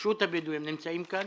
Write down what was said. נמצא כאן?